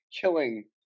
killing